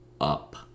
up